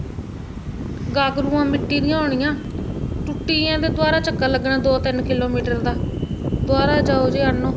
गागरूआं मिट्टी दियां होनियां टुटियां ते दोबारा चक्कर लगना दो तिन्न किलोमीटर दा दोबारा जाओ जी आह्नो